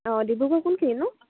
অঁ ডিব্ৰুগড় কোন খিনিতনো